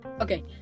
okay